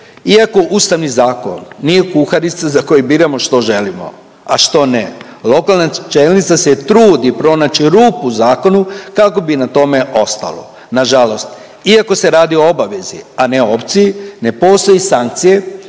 iako ustavni zakon nije kuharica za koji biramo što želimo, a što ne. Lokalna čelnica se trudi pronaći rupu u zakonu kako bi na tome ostalo. Nažalost, iako se radi o obavezi, a ne opciji ne postoje sankcije